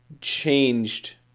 changed